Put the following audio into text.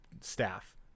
staff